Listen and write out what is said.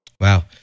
Wow